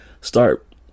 start